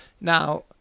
now